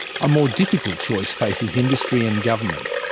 a more difficult choice faces industry and government.